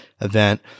event